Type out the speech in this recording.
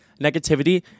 negativity